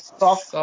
soft